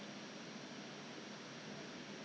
err 叫他们 stay at home only ah 其他的